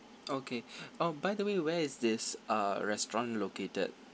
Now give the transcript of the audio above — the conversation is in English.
okay oh by the way where is this uh restaurant located